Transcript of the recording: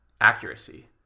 accuracy